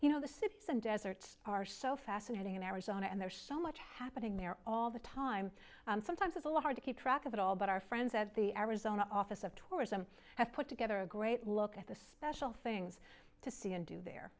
you know the simpson desert are so fascinating in arizona and there's so much happening there all the time sometimes it's a lot hard to keep track of it all but our friends at the arizona office of tourism have put together a great look at the special things to see and do their